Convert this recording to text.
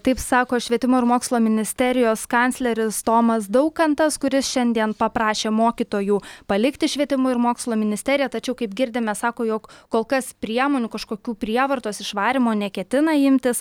taip sako švietimo ir mokslo ministerijos kancleris tomas daukantas kuris šiandien paprašė mokytojų palikti švietimo ir mokslo ministeriją tačiau kaip girdime sako jog kol kas priemonių kažkokių prievartos išvarymo neketina imtis